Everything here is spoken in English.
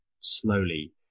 slowly